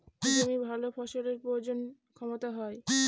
জমির ভালো ফসলের প্রজনন ক্ষমতা হয়